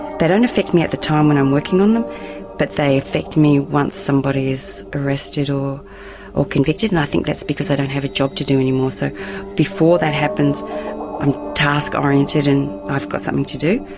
they don't affect me at the time when i'm working on them but they affect me once somebody is arrested or or convicted and i think that's because i don't have a job to do any more. so before that happens i'm task-oriented and i've got something to do.